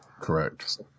correct